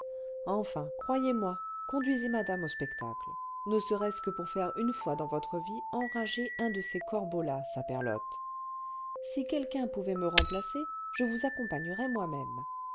enfin croyez-moi conduisez madame au spectacle ne serait-ce que pour faire une fois dans votre vie enrager un de ces corbeaux là saprelotte si quelqu'un pouvait me remplacer je vous accompagnerais moi-même